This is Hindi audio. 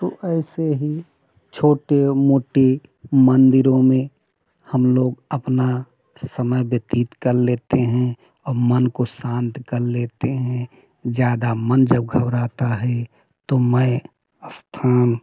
तो ऐसे ही छोटे मोटी मंदिरों में हम लोग अपना समय व्यतीत कर लेते हैं और मन को शांत कर लेते हैं ज़्यादा मन जब घबराता है तो मैं स्थान